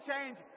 change